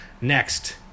Next